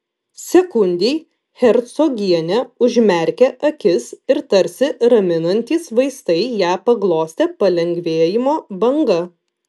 sekundei hercogienė užmerkė akis ir tarsi raminantys vaistai ją paglostė palengvėjimo banga